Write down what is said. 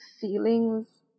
feelings